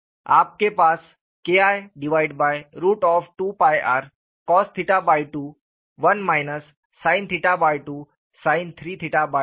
आपके पास KI2rcos2 1 sin2 sin32 है